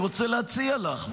אני רוצה להציע לך,